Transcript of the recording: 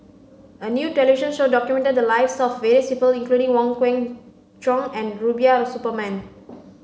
a new television show documented the lives of various people including Wong Kwei Cheong and Rubiah Suparman